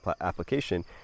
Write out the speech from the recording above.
application